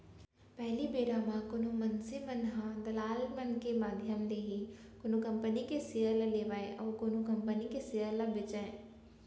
पहिली बेरा म कोनो मनसे मन ह दलाल मन के माधियम ले ही कोनो कंपनी के सेयर ल लेवय अउ कोनो कंपनी के सेयर ल बेंचय